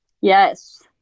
Yes